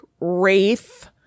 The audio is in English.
wraith